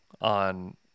on